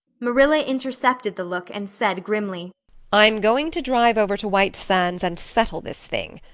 marilla intercepted the look and said grimly i'm going to drive over to white sands and settle this thing.